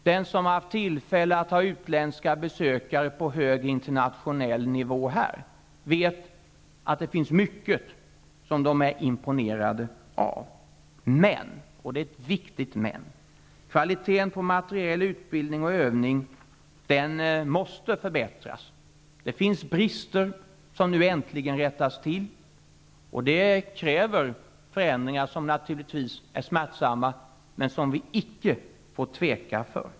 Den som haft tillfälle att ha utländska besökare på hög internationell nivå här vet att det finns mycket som de är imponerade av. Men -- och det är viktigt -- kvaliteten på materiel, utbildning och övning måste förbättras. Det finns brister som nu äntligen rättas till. Det kräver förändringar som naturligtvis är smärtsamma, men som vi icke får tveka inför.